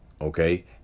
okay